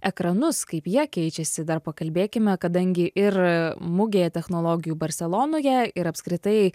ekranus kaip jie keičiasi dar pakalbėkime kadangi ir mugėje technologijų barselonoje ir apskritai